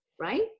right